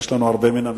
ויש לנו הרבה מן המשותף,